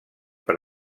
per